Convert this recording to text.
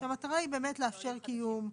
שהמטרה היא באמת לאפשר קיום.